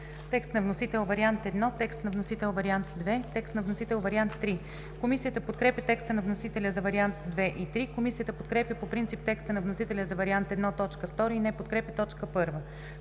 текст на вносител вариант I, текст на вносител вариант II, тест на вносител вариант III. Комисията подкрепя текста на вносителя за вариант II и III. Комисията подкрепя по принцип текста на вносителя за вариант I, т. 2 и не подкрепя т.